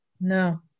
No